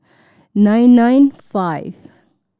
nine nine five